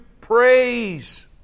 praise